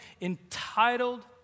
entitled